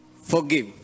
forgive